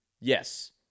Yes